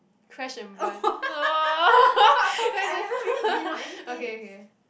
crash and burn no and then okay okay